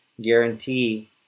guarantee